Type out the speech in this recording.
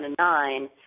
2009